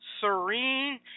Serene